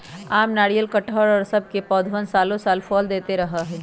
आम, नारियल, कटहल और सब के पौधवन सालो साल फल देते रहा हई